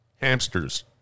Hamsters